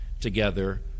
together